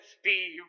Steve